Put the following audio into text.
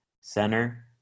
Center